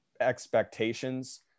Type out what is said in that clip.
expectations